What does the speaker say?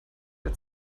der